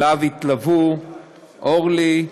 ואליו התלוו אורלי,